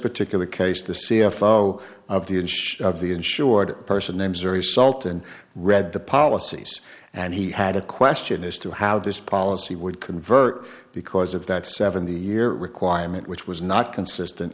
particular case the c f o of the edge of the insured person names are the salt and read the policies and he had a question as to how this policy would convert because of that seventy year requirement which was not consistent